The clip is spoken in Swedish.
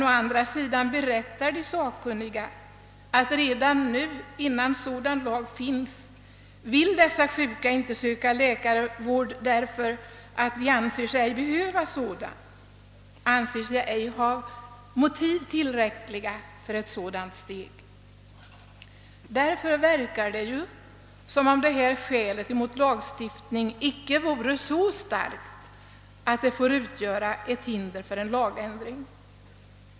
Å andra sidan berättar de sakkunniga att redan nu, innan sådan lag finns, vägrar de sjuka att söka läkarvård därför att de anser sig inte behöva sådan vård. De anser sig inte ha tillräckliga motiv för att ta ett sådant steg. Därför verkar det som om det skälet mot lagstiftning inte är så starkt, att det bör utgöra ett hinder för en lagändring.